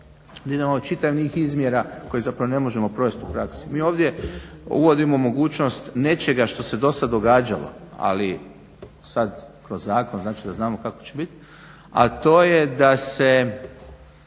da imamo čitav niz izmjera koje ne možemo provesti u praksi. Mi ovdje uvodimo mogućnost nečega što se do sada događalo ali sada kroz znači znamo kao će biti, a to je da se